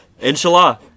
Inshallah